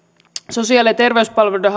sosiaali ja terveyspalveluiden